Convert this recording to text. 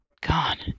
Gone